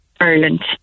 Ireland